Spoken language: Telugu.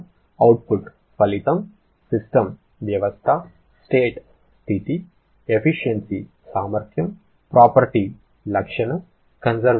ధన్యవాదాలు